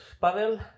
paddle